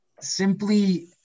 simply